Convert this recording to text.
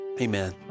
Amen